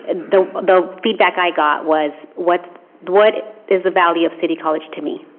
and the the feedback i got was what what is the value of city college to me?